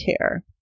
care